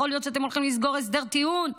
להיות שאתם הולכים לסגור הסדר טיעון.